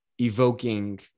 evoking